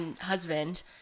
husband